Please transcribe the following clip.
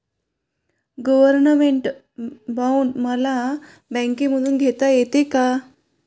Government bond मला बँकेमधून घेता येतात का?